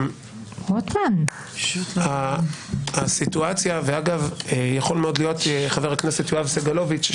יכול להיות חבר הכנסת סגלוביץ,